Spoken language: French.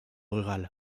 rural